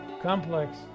Complex